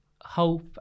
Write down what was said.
hope